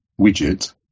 widget